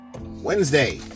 Wednesday